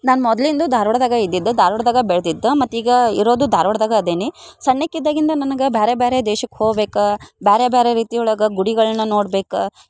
ನಾನು ಮೊದ್ಲಿಂದ್ಲೂ ಧಾರವಾಡದಾಗ ಇದ್ದಿದ್ದು ಧಾರವಾಡದಾಗ ಬೆಳೆದಿದ್ದು ಮತ್ತು ಈಗ ಇರೋದು ಧಾರವಾಡದಾಗ ಅದೇನು ಸಣ್ಣಕೆ ಇದ್ದಾಗಿಂದ ನನಗೆ ಬೇರೆ ಬೇರೆ ದೇಶಕ್ಕೆ ಹೋಗ್ಬೇಕು ಬೇರೆ ಬೇರೆ ರೀತಿ ಒಳಗೆ ಗುಡಿಗಳನ್ನ ನೋಡ್ಬೇಕು